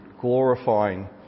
glorifying